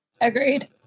Agreed